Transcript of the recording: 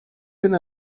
been